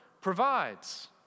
provides